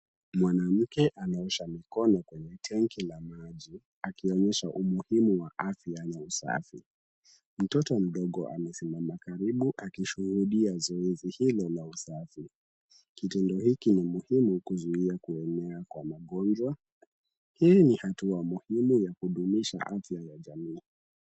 Mwanamke anaosha mikono kwenye tenki la maji, akionyesha umuhimu wa afya na usafi. Mtoto mdogo amesema makaribu akishuhudia zoezi hilo la usafi. Kitendo hiki ni muhimu kuzuia kuenea kwa magonjwa, hii ni hatua muhimu ya kudumisha afya ya jamii.